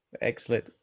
Excellent